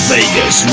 Vegas